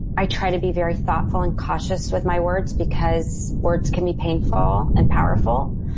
i try to be very thoughtful and cautious with my words because words can be painful and powerful.